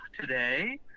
today